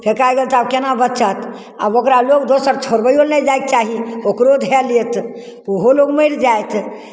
फेँकाय गेल तऽ आब केना बचत आब ओकरा लोक दोसर छोड़बैओ लए नहि जायके चाही ओकरो धए लेत ओहो लोक मरि जायत